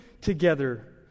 together